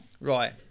Right